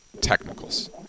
technicals